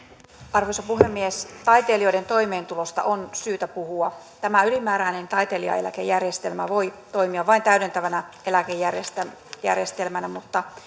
arvoisa puhemies taitelijoiden toimeentulosta on syytä puhua tämä ylimääräinen taiteilijaeläkejärjestelmä voi toimia vain täydentävänä eläkejärjestelmänä mutta